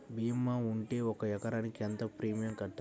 భీమా ఉంటే ఒక ఎకరాకు ఎంత ప్రీమియం కట్టాలి?